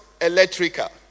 electrical